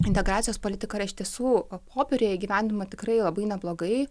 integracijos politika iš tiesų popieriuje įgyvendinama tikrai labai neblogai